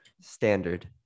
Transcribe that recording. standard